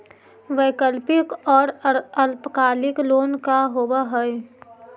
वैकल्पिक और अल्पकालिक लोन का होव हइ?